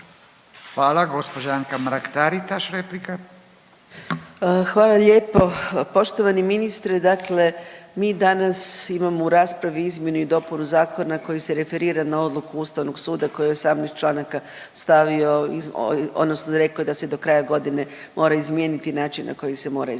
**Mrak-Taritaš, Anka (GLAS)** Hvala lijepo. Poštovani ministre dakle mi danas imamo u raspravi Izmjenu i dopunu zakona koji se referira na odluku Ustavnog suda koji je 18 članaka stavio odnosno rekao je da se do kraja godine mora izmijeniti način na koji se mora izmijeniti.